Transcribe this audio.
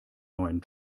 neuen